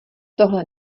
tohle